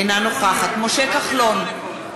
אינה נוכחת משה כחלון,